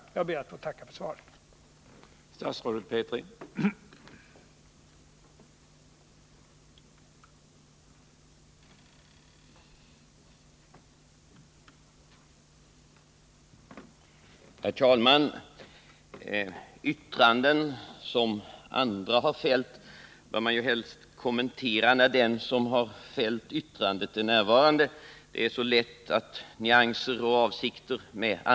Jag ber att än en gång få tacka för svaret på min fråga.